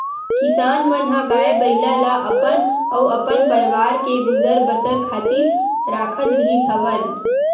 किसान मन ह गाय, बइला ल अपन अउ अपन परवार के गुजर बसर खातिर राखत रिहिस हवन